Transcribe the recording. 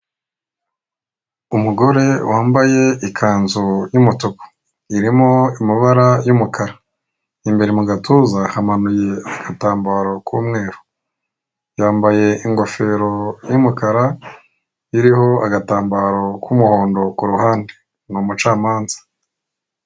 Umugore wambaye ikanzu y'umutuku. Irimo amabara y'umukara. Imbere mu gatuza hamanuye agatambaro k'umweru. Yambaye ingofero y'umukara, iriho agatambaro k'umuhondo ku ruhande. Ni umucamanza.